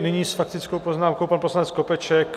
Nyní s faktickou poznámkou pan poslanec Skopeček.